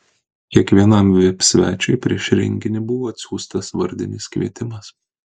kiekvienam vip svečiui prieš renginį buvo atsiųstas vardinis kvietimas